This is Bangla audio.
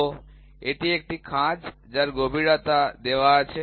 তো এটি একটি খাঁজ যার গভীরতা দেওয়া আছে